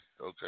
okay